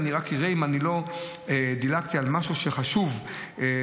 אני רק אראה אם לא דילגתי על משהו שחשוב למשרד